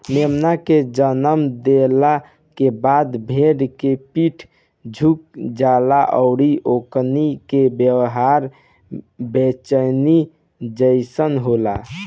मेमना के जनम देहला के बाद भेड़ के पीठ झुक जाला अउरी ओकनी के व्यवहार बेचैनी जइसन होला